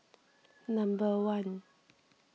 number one